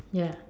ya